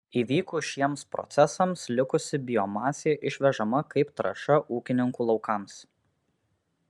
įvykus šiems procesams likusi biomasė išvežama kaip trąša ūkininkų laukams